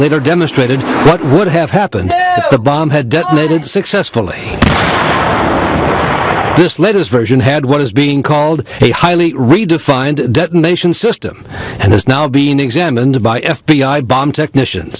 later demonstrated what would have happened if the bomb had detonated successfully this latest version had what is being called a highly redefined detonation system and is now being examined by f b i bomb technicians